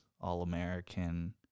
All-American